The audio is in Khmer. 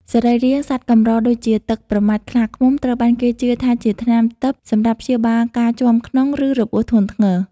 សរីរាង្គសត្វកម្រ ដូចជាទឹកប្រមាត់ខ្លាឃ្មុំ ត្រូវបានគេជឿថាជាថ្នាំទិព្វសម្រាប់ព្យាបាលការជាំក្នុង ឬរបួសធ្ងន់ធ្ងរ។